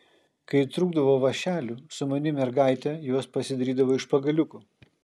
kai trūkdavo vąšelių sumani mergaitė juos pasidarydavo iš pagaliukų